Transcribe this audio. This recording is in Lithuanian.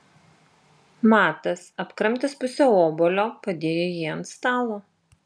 matas apkramtęs pusę obuolio padėjo jį ant stalo